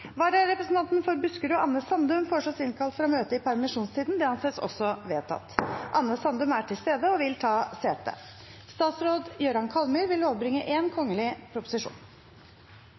Vararepresentanten for Buskerud, Anne Sandum , innkalles for å møte i permisjonstiden. Anne Sandum er til stede og vil ta sete. Representanten Siv Mossleth vil